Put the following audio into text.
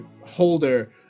holder